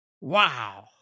Wow